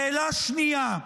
שאלה שנייה: